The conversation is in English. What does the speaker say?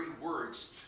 words